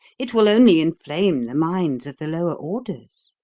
it will only inflame the minds of the lower orders.